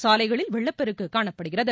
சாலைகளில் வெள்ளப்பெருக்கு காணப்படுகிறது